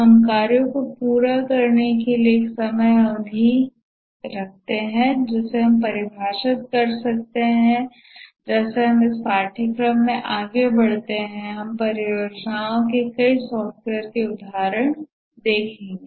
हम कार्यों के पूरा होने के लिए एक समय अवधि है जिसे परिभाषित कर सकते हैं जैसे हम इस पाठ्यक्रम में आगे बढ़ते हैं हम परियोजनाओं के कई सॉफ्टवेयर उदाहरण देखेंगे